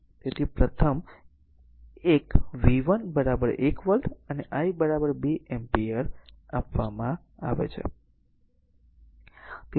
તેથી પ્રથમ એક V 1 1 વોલ્ટ અને I 2 એમ્પીયર આપવામાં આવે છે